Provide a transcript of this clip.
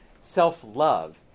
self-love